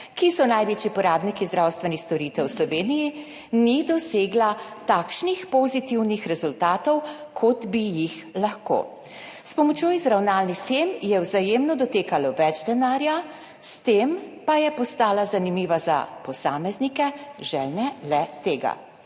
ki so največji porabniki zdravstvenih storitev v Sloveniji, ni dosegla takšnih pozitivnih rezultatov, kot bi jih lahko. S pomočjo izravnalnih shem je v Vzajemno dotekalo več denarja, s tem pa je postala zanimiva za posameznike, željne le-tega.